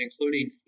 including